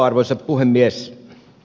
arvoisa puhemies